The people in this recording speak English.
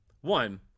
one